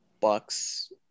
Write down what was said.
Bucks